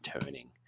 turning